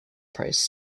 priced